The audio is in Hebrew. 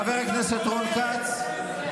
חבר הכנסת רון כץ,